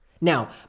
Now